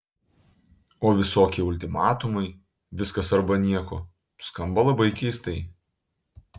o visokie ultimatumai viskas arba nieko skamba labai keistai